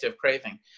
craving